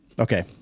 Okay